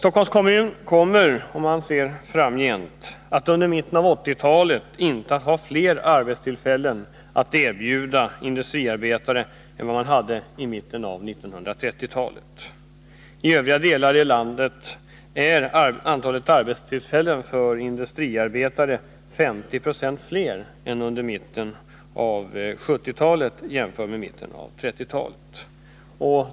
Stockholms kommun kommer framöver, vid mitten av 1980-talet, inte att ha fler arbetstillfällen att erbjuda industriarbetare än vad man hade vid mitten av 1930-talet. I övriga delar av Nr 110 landet var antalet arbetstillfällen för industriarbetare 50 96 högre vid mitten Torsdagen den av 1970-talet än vid mitten av 1930-talet.